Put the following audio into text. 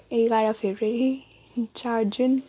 एघार फेब्रुअरी चार जुन